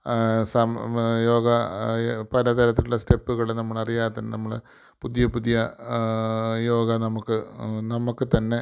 some yoga പല തരത്തിലുള്ള സ്റ്റെപ്പുകൾ നമ്മൾ അറിയാതെ തന്നെ നമ്മൾ പുതിയ പുതിയ യോഗ നമുക്ക് നമുക്ക് തന്നെ